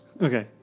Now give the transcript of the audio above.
Okay